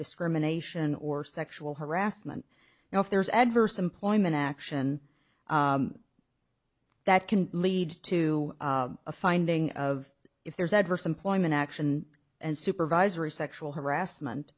discrimination or sexual harassment now if there is adverse employment action that can lead to a finding of if there's adverse employment action and supervisory sexual harassment